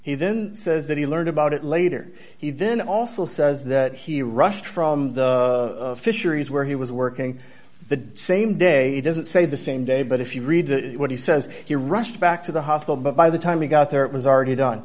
then says that he learned about it later he then also says that he rushed from the fisheries where he was working the same day doesn't say the same day but if you read what he says he rushed back to the hospital but by the time he got there it was already done